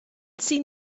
seen